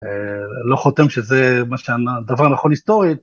לא חותם שזה, מה שאמרת, דבר נכון היסטורית.